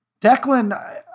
Declan